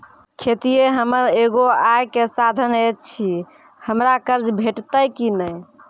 खेतीये हमर एगो आय के साधन ऐछि, हमरा कर्ज भेटतै कि नै?